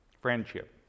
friendship